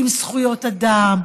עם זכויות אדם,